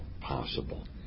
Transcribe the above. possible